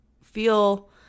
feel